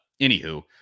anywho